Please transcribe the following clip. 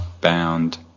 bound